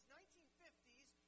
1950s